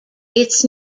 its